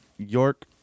York